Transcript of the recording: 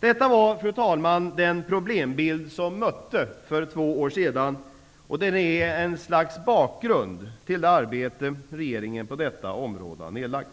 Detta var, fru talman, den problembild som vi mötte för två år sedan, och den är ett slags bakgrund till det arbete regeringen på detta område har nedlagt.